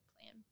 plan